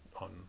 on